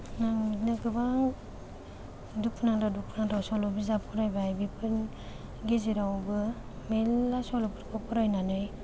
आं बिदिनो गोबां दुखुनांथाव दुखुनांथाव सल' बिजाब फरायबाय बेफोरनि गेजेरावबो मेल्ला सल' बाथाफोरखौ फरायनानै